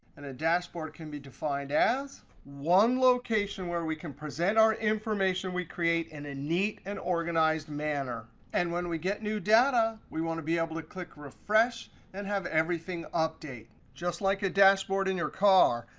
and a dashboard can be defined as one location where we can present our information we create in a neat and organized manner. and when we get new data, we want to be able to click refresh and have update. just like a dashboard in your car,